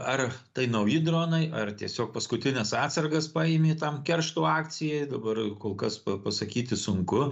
ar tai nauji dronai ar tiesiog paskutines atsargas paėmė tam keršto akcijai dabar kol kas pasakyti sunku